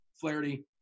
Flaherty